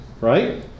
right